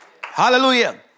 Hallelujah